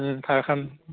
ও থাৰখন